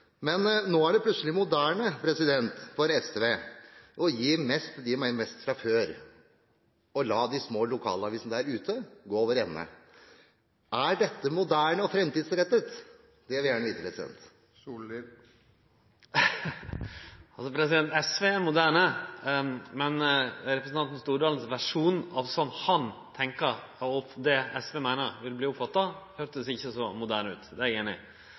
Men nå er det plutselig moderne for SV å gi mest til dem med mest fra før og å la de små lokalavisene der ute gå over ende. Er dette moderne og framtidsrettet? Det vil jeg gjerne vite. SV er moderne, men representanten Stordalens versjon av korleis han tenkjer at SV meiner vi vil bli oppfatta, høyrdes ikkje så moderne ut. Det er eg einig i.